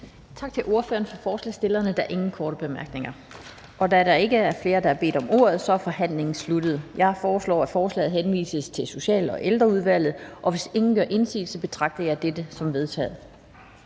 Tak til ordføreren for forslagsstillerne. Der er ingen korte bemærkninger. Da der ikke er flere, der har bedt om ordet, er forhandlingen sluttet. Jeg foreslår, at forslaget til folketingsbeslutning henvises til Social- og Ældreudvalget. Hvis ingen gør indsigelse, betragter jeg dette som vedtaget.